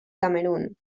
camerun